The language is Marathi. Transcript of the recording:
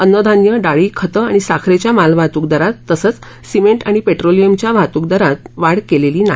अन्नधान्य डाळी खतं आणि साखरेच्या मालवाहतूक दरात तसंच सिमेंट आणि पेट्रोलियमच्या वाहतूक दरातही वाढ केलेली नाही